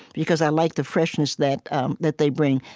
because i like the freshness that um that they bring.